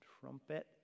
Trumpet